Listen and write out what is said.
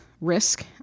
risk